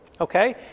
okay